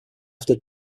after